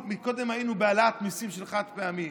קודם היינו בהעלאת מיסים על החד-פעמי.